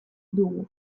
dugu